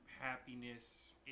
happiness